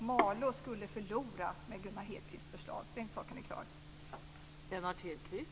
Malå skulle förlora med Lennart Hedquists förslag; den saken är klar.